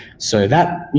so that